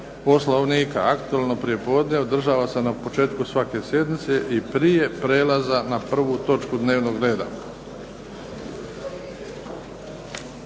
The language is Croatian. Poslovnika. Aktualno prijepodne održava se na početku svake sjednice i prije prelaza na prvu točku dnevnog reda.